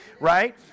right